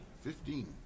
Fifteen